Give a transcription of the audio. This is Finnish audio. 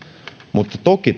mutta toki